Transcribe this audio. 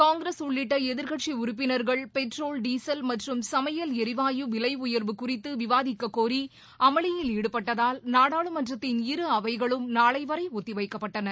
காங்கிரஸ் உள்ளிட்ட எதிர்க்கட்சி உறுப்பினர்கள் பெட்ரோல் டீசல் மற்றும் சமையல் எரிவாயு விலை உயர்வு குறித்து விவாதிக்கக் கோரி அமளியில் ஈடுபட்டதால் நாடாளுமன்றத்தின் இரு அவைகளும் நாளை வரை ஒத்திவைக்கப்பட்டன